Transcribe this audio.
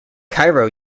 cairo